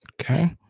Okay